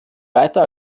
weiter